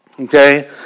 okay